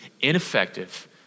ineffective